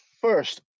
first